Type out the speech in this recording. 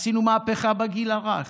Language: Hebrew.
עשינו מהפכה בגיל הרך,